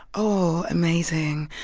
oh, amazing.